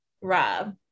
Rob